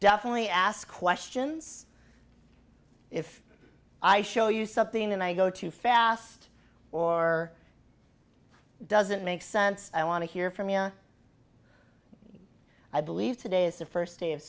definitely ask questions if i show you something and i go too fast or doesn't make sense i want to hear from you i believe today is the first day of